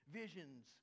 visions